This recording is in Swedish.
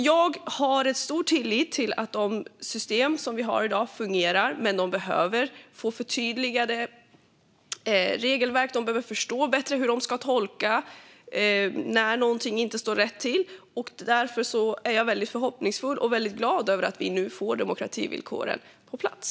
Jag har stor tillit till att de system vi har i dag fungerar, men det behövs förtydligade regelverk. Man behöver förstå bättre hur man ska tolka när någonting inte står rätt till. Jag är därför förhoppningsfull och glad över att vi nu får demokrativillkoren på plats.